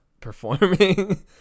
performing